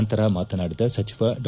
ನಂತರ ಮಾತನಾಡಿದ ಸಚಿವ ಡಾ